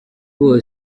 bandi